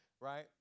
right